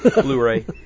Blu-ray